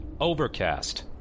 Overcast